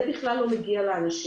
זה מידע שבכלל לא מגיע לאנשים.